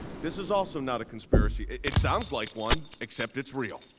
this is also not a conspiracy. it sounds like one except it's real